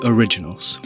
Originals